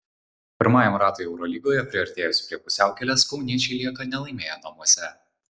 pirmajam ratui eurolygoje priartėjus prie pusiaukelės kauniečiai lieka nelaimėję namuose